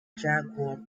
jaguar